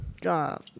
God